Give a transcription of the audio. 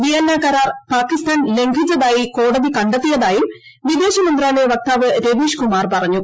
Vienna കരാർ പാകിസ്ഥാൻ ലംഘിച്ചതായി കോടതി കണ്ടെത്തിയതായും വിദേശമന്ത്രാലയ വക്താവ് രവീഷ് കുമാർ പറഞ്ഞു